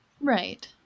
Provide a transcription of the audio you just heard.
Right